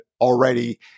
already